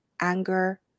anger